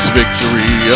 victory